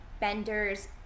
Bender's